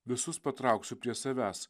visus patrauksiu prie savęs